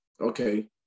Okay